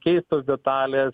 keistos detalės